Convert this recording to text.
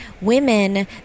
women